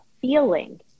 feeling